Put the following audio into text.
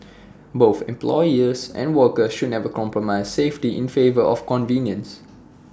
both employers and workers should never compromise safety in favour of convenience